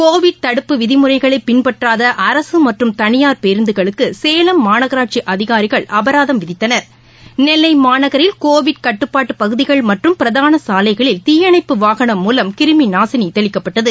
Covid தடுப்பு விதிமுறைகளைபின்பற்றாதஅரசுமற்றும் பேருந்துகளுக்குசேலம் கனியார் மாநகராட்சிஅதிகாரிகள் அபராதம் விதித்தனர் நெல்லைமாநகரில் கோவிட் கட்டுப்பாட்டுபகுதிகள் மற்றும் பிரதானசாலைகளில் தீயணைப்பு வாகனம் மூலம் கிருமிநாசினிதெளிக்கப்பட்டது